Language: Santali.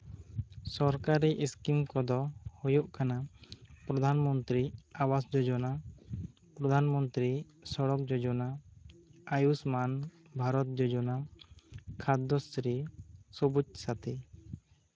ᱥᱚᱨᱠᱟᱨᱤ ᱥᱠᱤᱢ ᱠᱚᱫᱚ ᱦᱩᱭᱩᱜ ᱠᱟᱱᱟᱼ ᱯᱨᱚᱫᱷᱟᱱ ᱢᱚᱱᱛᱨᱤ ᱟᱵᱟᱥ ᱡᱳᱡᱚᱱᱟ ᱯᱨᱚᱫᱷᱟᱱ ᱢᱚᱱᱛᱨᱤ ᱥᱚᱲᱚᱠ ᱡᱳᱡᱚᱱᱟ ᱟᱭᱩᱥᱢᱟᱱ ᱵᱷᱟᱨᱚᱛ ᱡᱳᱡᱚᱱᱟ ᱠᱷᱟᱫᱽᱫᱚᱥᱨᱤ ᱥᱚᱵᱩᱡ ᱥᱟᱛᱷᱤ